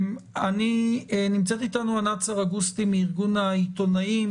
נמצאת אתנו ענת סרגוסטי מארגון העיתונאים.